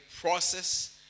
process